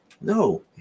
No